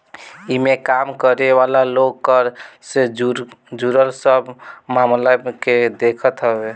इमें काम करे वाला लोग कर से जुड़ल सब मामला के देखत हवे